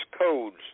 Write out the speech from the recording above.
codes